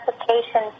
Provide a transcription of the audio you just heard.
application